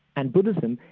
and buddhism,